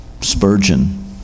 Spurgeon